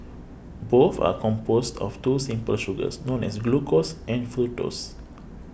both are composed of two simple sugars known as glucose and fructose